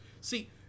See